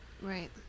Right